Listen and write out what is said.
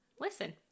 listen